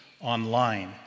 online